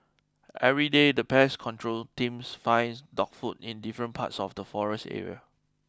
everyday the pest control teams finds dog food in different parts of the forest area